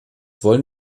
wollen